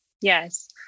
Yes